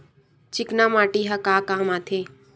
चिकना माटी ह का काम आथे?